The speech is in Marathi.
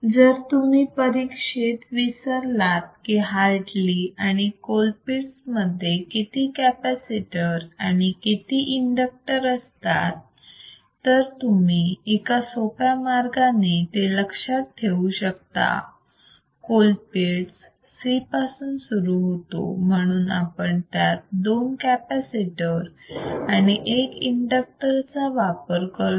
जर तुम्ही परीक्षेमध्ये विसरलात की हार्टली आणि कोलपिट्स मध्ये किती कॅपॅसिटर आणि किती इंडक्टर असतात तर तुम्ही एका सोप्या मार्गाने ते लक्षात ठेवू शकता कोलपिट्स C पासून सुरू होतो म्हणून आपण त्यात दोन कॅपॅसिटर आणि एक इंडक्टर चा वापर करतो